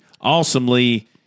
awesomely